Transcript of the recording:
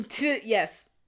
Yes